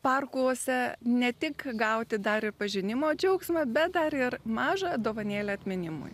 parkuose ne tik gauti dar ir pažinimo džiaugsmą bet dar ir mažą dovanėlę atminimui